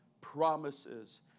promises